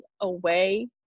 away